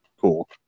Cool